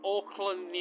Auckland